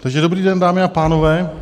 Takže dobrý den, dámy a pánové.